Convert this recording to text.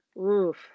oof